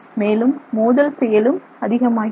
மேலும் மோதல் செயலும் அதிகமாகிறது